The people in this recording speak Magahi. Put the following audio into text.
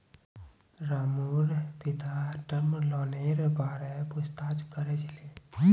रामूर पिता टर्म लोनेर बार पूछताछ कर छिले